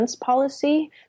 policy